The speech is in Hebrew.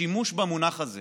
את השימוש במונח הזה